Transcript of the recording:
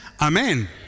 Amen